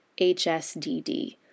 HSDD